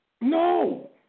no